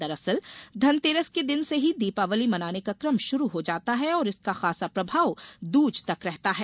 दरअसल धनतेरस के दिन से ही दीपावली मनाने का क्रम शुरू हो जाता है और इसका खासा प्रभाव दूज तक रहता है